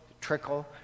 trickle